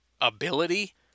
ability